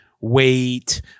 weight